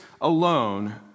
alone